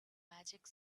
magic